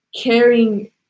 caring